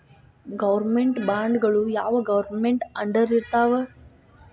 Government ಬಾಂಡ್ಗಳು ಯಾವ್ government ಅಂಡರಿರ್ತಾವ?